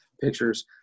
pictures